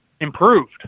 Improved